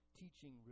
teaching